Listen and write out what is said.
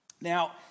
Now